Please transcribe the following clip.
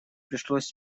пришлось